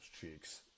cheeks